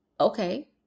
Okay